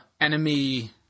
enemy